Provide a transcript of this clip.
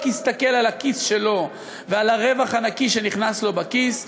יסתכל על הכיס שלו ועל הרווח הנקי שנכנס לו לכיס,